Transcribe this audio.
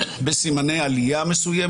בכוונה לא נגעתי בנושא העלייה והקליטה.